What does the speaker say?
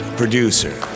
producer